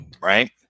right